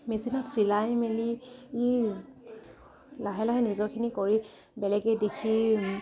মেচিনত চিলাই মেলি ই লাহে লাহে নিজৰখিনি কৰি বেলেগে দেখি